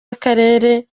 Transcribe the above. akarere